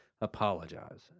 apologize